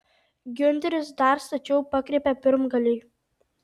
giunteris dar stačiau pakreipė pirmgalį